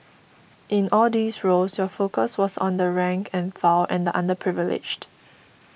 in all these roles your focus was on the rank and file and the underprivileged